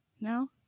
No